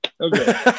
Okay